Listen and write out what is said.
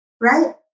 Right